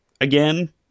Again